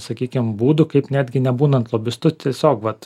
sakykim būdų kaip netgi nebūnant lobistu tiesiog vat